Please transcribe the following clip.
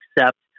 accept